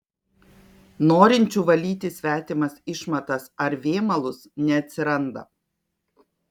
norinčių valyti svetimas išmatas ar vėmalus neatsiranda